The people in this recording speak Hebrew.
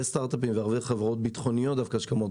סטארט אפים והרבה חברות ביטחוניות שקיימות